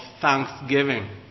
thanksgiving